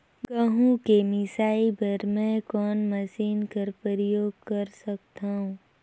गहूं के मिसाई बर मै कोन मशीन कर प्रयोग कर सकधव?